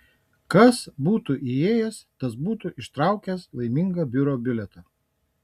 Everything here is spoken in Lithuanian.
kas būtų įėjęs tas būtų ištraukęs laimingą biuro bilietą